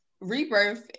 Rebirth